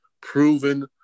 proven